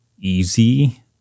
easy